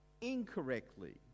incorrectly